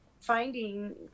finding